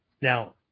Now